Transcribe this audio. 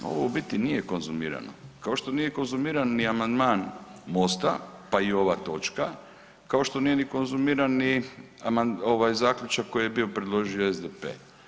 Ovo u biti nije konzumirano kao što nije ni konzumiran amandman MOST-a, pa i ova točka, kao što nije ni konzumiran ni zaključak koji je bio predložio SDP.